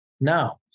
Now